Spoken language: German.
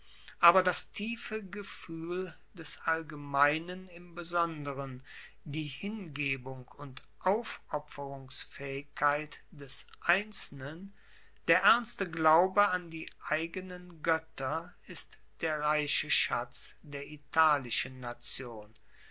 aber das tiefe gefuehl des allgemeinen im besondern die hingebung und aufopferungsfaehigkeit des einzelnen der ernste glaube an die eigenen goetter ist der reiche schatz der italischen nation